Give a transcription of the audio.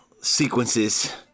...sequences